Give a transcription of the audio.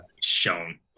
shown